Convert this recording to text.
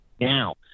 now